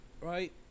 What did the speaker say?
right